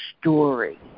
story